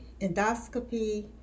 endoscopy